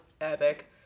epic